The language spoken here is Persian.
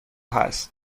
هست